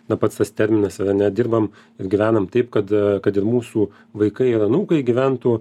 na pats tas terminas ir ane dirbame gyvenam taip kad kad ir mūsų vaikai ir anūkai gyventų